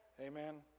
Amen